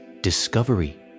discovery